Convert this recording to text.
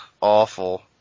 Awful